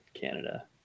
Canada